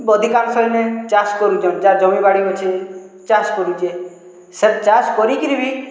ଅଧିକାଂଶ ଇନେ ଚାଷ୍ କରୁଛନ୍ ଯାହାର ଜମି ବାଡ଼ି ଅଛେ ଚାଷ କରୁଛେ ସେ ଚାଷ କରି କିରି ବି